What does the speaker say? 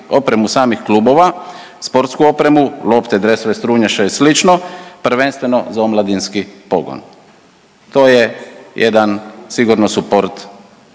opremu samih klubova, sportsku opremu lopte, dresove, strunjače i sl. prvenstveno za omladinski pogon. To je jedan sigurno suport